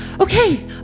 Okay